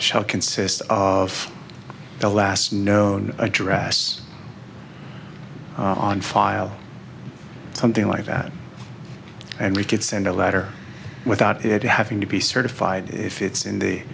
shall consist of the last known address on file something like that and we could send a letter without it having to be certified if it's in the